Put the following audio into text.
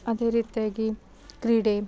ಅದೇ ರೀತಿಯಾಗಿ ಕ್ರೀಡೆ